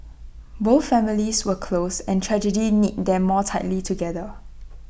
both families were close and tragedy knit them more tightly together